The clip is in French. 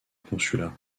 consulat